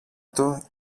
του